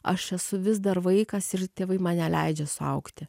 aš esu vis dar vaikas ir tėvai man neleidžia suaugti